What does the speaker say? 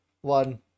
one